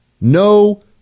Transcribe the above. No